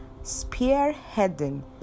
spearheading